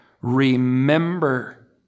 Remember